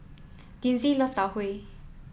Linzy loves Tau Huay